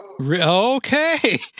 Okay